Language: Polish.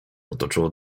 otoczyło